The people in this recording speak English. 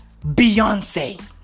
Beyonce